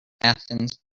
athens